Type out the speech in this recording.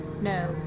No